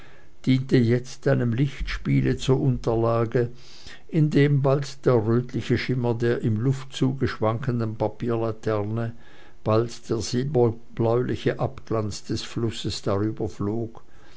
diente jetzt einem lichtspiele zur unterlage indem bald der rötliche schimmer der im luftzuge schwankenden papierlaterne bald der silberbläuliche abglanz des flusses